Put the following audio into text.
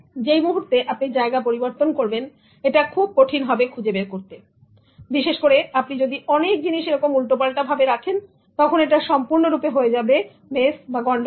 যেই মুহূর্তে আপনি জায়গা পরিবর্তন করবেন এটা খুব কঠিন হবে খুঁজে বের করতে এবং বিশেষ করে আপনি যদি অনেক জিনিস এরকম উল্টোপাল্টা ভাবে রাখেন তখন এটা সম্পূর্ণ রূপে হয়ে যাবে মেস বা গন্ডগোল